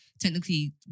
technically